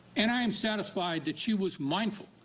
and i am satisfied that she was mindful